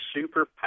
super